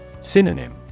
Synonym